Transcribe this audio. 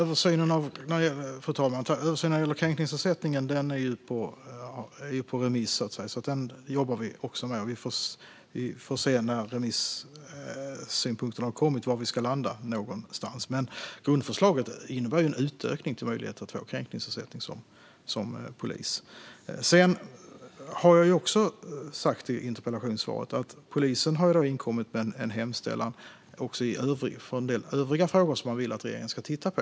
Fru talman! Översynen när det gäller kränkningsersättningen är ute på remiss, så att säga, så den jobbar vi med. När remissynpunkterna har kommit får vi se var vi landar någonstans. Men grundförslaget innebär en utökad möjlighet att få kränkningsersättning som polis. Sedan sa jag i interpellationssvaret att polisen har inkommit med en hemställan också om en del övriga frågor som man vill att regeringen ska titta på.